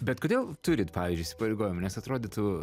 bet kodėl turit pavyzdžiui įsipareigojimų nes atrodytų